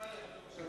אדוני ראש הממשלה.